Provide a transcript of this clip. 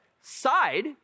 side